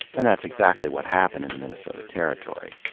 and that's exactly what happened in the minnesota territory.